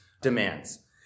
demands